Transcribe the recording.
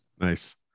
nice